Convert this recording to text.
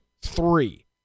three